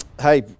Hey